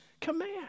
command